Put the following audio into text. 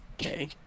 Okay